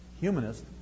Humanist